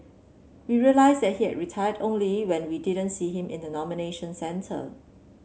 we realised that he had retired only when we didn't see him in the nomination centre